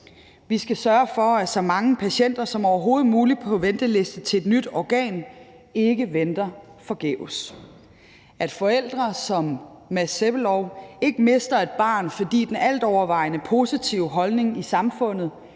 Vi skal sørge for, at så mange patienter som overhovedet muligt på venteliste til et nyt organ ikke venter forgæves, og at forældre som Mads Peter Sebbelov ikke mister et barn, fordi den altovervejende positive holdning i samfundet